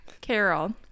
Carol